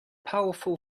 powerful